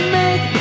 make